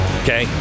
okay